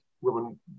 women